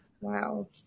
Wow